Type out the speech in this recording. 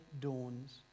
Dawns